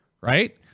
right